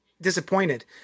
disappointed